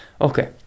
okay